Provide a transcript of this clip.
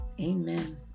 amen